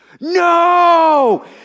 no